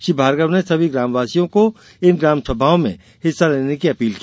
श्री भार्गव ने सभी ग्रामवासियों को इन ग्राम सभाओं में हिस्सा लेने की अपील की